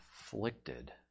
afflicted